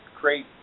great